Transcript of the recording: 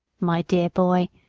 my dear boy,